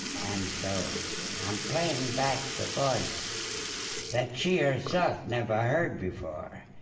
and so i'm playing back the voice that she herself never heard before.